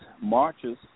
marches